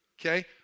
Okay